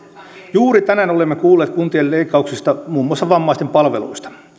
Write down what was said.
juuri tänään olemme kuulleet kuntien leikkauksista muun muassa vammaisten palveluista